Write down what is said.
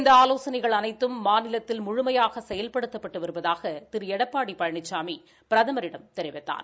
இந்த ஆலோசனைகள் அனைத்தும் மாநிலத்தில் முழுமையாக செயல்படுத்தப்பட்டு வருவதாக திரு எடப்பாடி பழனிசாமி பிரதமரிடம் தெரிவித்தார்